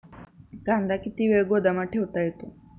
कांदा किती वेळ गोदामात ठेवता येतो?